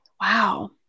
Wow